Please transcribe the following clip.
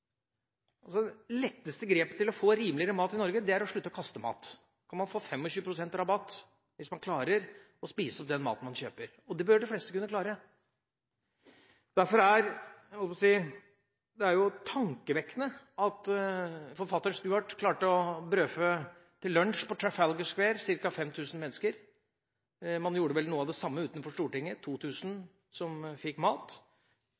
Altså: Det letteste grepet for å få rimeligere mat i Norge er å slutte å kaste mat, for man får 25 pst. rabatt hvis man klarer å spise opp den maten man kjøper. Det burde de fleste kunne klare. Derfor er det tankevekkende at forfatteren Stuart klarte å brødfø ca. 5 000 mennesker til lunsj på Trafalgar Square. Man gjorde vel noe av det samme utenfor Stortinget, der var det 2 000 som fikk mat.